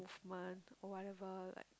men or whatever like